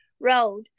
road